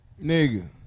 nigga